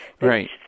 Right